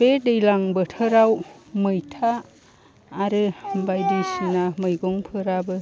बे दैज्लां बोथोराव मैथा आरो बायदिसिना मैगंफोराबो